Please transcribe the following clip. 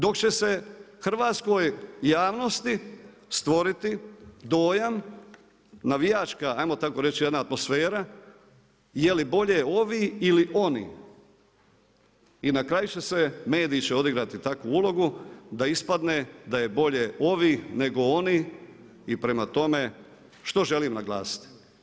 Dok će se hrvatskoj javnosti stvoriti dojam navijačka ajmo tako reći jedna atmosfera je li bolje ovi ili oni, i na kraju mediji će odigrati takvu ulogu da ispadne da je bolji ovi nego oni i prema tome, što želim naglasiti?